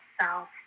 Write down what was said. self